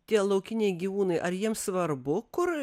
tie laukiniai gyvūnai ar jiems svarbu kur